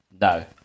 No